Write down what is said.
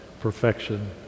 perfection